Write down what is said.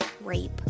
rape